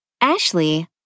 Ashley